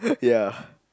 ya